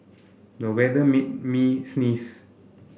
the weather made me sneeze